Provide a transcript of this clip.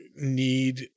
need